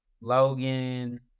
Logan